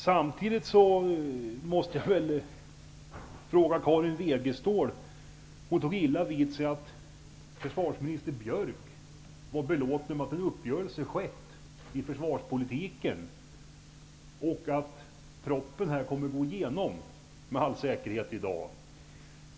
Samtidigt måste jag fråga Karin Wegestål om hon tog illa vid sig av att försvarsminister Björck var belåten över att en uppgörelse träffats i försvarspolitiken och att propositionen med all säkerhet kommer att gå igenom i dag.